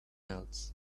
else